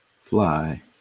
Fly